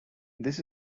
this